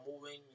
moving